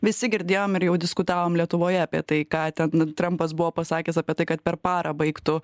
visi girdėjom ir jau diskutavom lietuvoje apie tai ką ten trampas buvo pasakęs apie tai kad per parą baigtų